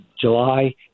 July